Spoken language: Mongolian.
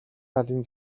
талын